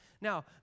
Now